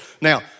Now